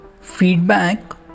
feedback